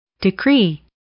Decree